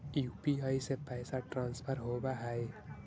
UPI से पैसा transfer होवहै?